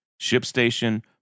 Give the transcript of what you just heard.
ShipStation